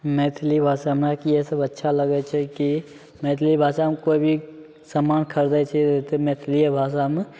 मैथिली भाषा अच्छा लगै छै कि मैथिली भाषामे कोइ भी समान खरिदै छियै तऽ मैथिलिये भाषामे